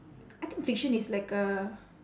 I think fiction is like a